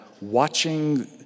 watching